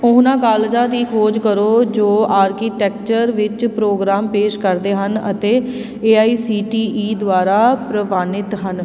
ਉਹਨਾਂ ਕਾਲਜਾਂ ਦੀ ਖੋਜ ਕਰੋ ਜੋ ਆਰਕੀਟੈਕਚਰ ਵਿੱਚ ਪ੍ਰੋਗਰਾਮ ਪੇਸ਼ ਕਰਦੇ ਹਨ ਅਤੇ A I C T E ਦੁਆਰਾ ਪ੍ਰਵਾਨਿਤ ਹਨ